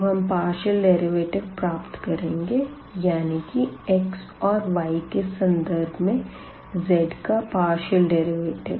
अब हम partial derivative प्राप्त करेंगे यानी की x और y के संदर्भ में z का पार्शियल डेरिवेटिव